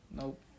Nope